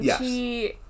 Yes